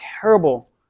terrible